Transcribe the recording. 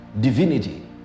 divinity